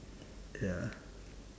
ya